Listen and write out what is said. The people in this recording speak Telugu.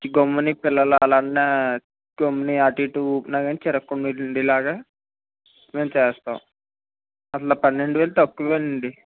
గమ్మున పిల్లలు ఎవరైనా గమ్మున అటు ఇటు ఊపినా కానీ చిరగకుండా ఉండేలాగా మేము చేస్తాము అసలు పన్నెండు వేలు తక్కువేనండీ